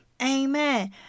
Amen